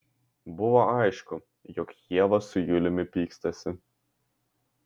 buvo aišku jog ieva su juliumi pykstasi